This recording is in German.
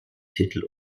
titel